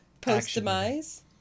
Post-demise